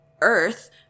earth